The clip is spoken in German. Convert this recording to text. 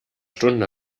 stunden